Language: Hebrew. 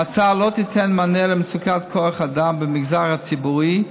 ההצעה לא תיתן מענה למצוקת כוח האדם במגזר הציבורי.